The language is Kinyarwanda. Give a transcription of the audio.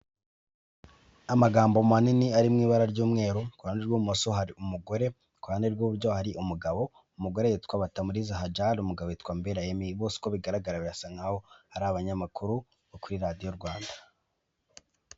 Amagambo manini ari mu ibara ry'umweru ku ruhande rw'ibumoso hari umugore ku ruhande rw'iburyo hari umugabo ,umugore yitwa Batamuriza Hajari umugabo yitwa Mbera Emmy bose uko bigaragara birasa nkaho hari abanyamakuru bo kuri radio Rwanda.